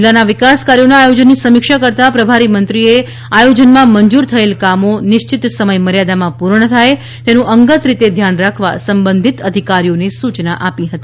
જિલ્લાના વિકાસ કાર્યોના આયોજનની સમીક્ષા કરતા પ્રભારી મંત્રીશ્રીએ આયોજનમાં મંજૂર થયેલ કામો નિશ્ચિત સમયમર્યાદામાં પૂર્ણ થાય તેનું અંગત રીતે ધ્યાન રાખવા સંબંધિત અધિકારીઓને સુચના આપી હતી